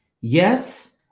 Yes